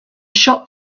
shop